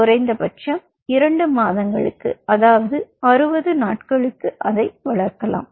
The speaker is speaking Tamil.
குறைந்தபட்சம் 2 மாதங்களுக்கு அதாவது 60 நாட்களுக்கு அதை வளர்க்கலாம்